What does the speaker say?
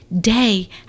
day